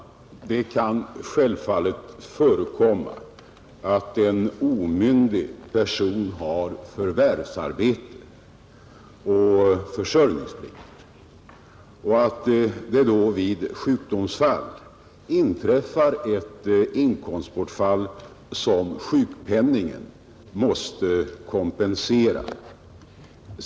Herr talman! Det kan självfallet förekomma att en omyndig person har förvärvsarbete och försörjningsplikt och att det då vid sjukdomsfall inträffar ett inkomstbortfall, som måste kompenseras med sjukpenning.